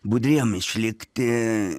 budriem išlikti